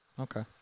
Okay